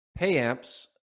Payamps